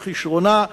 לכשרונה,